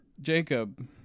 Jacob